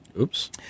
Oops